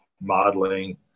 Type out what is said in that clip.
modeling